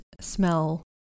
smell